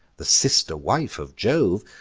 the sister wife of jove,